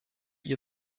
ihr